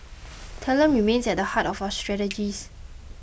talent remains at the heart of our strategies